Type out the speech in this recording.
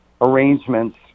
arrangements